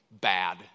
bad